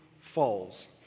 falls